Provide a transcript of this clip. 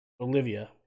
Olivia